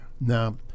Now